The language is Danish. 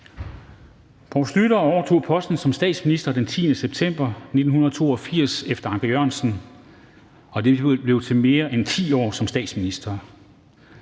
Poul Schlüter overtog posten som statsminister den 10. september 1982 efter Anker Jørgensen, og det blev til mere end 10 år som statsminister.